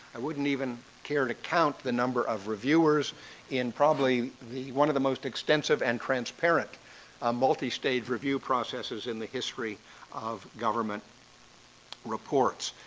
i wouldn't even care to count the number of reviewers in probably one of the most extensive and transparent ah multi-stage review processes in the history of government reports.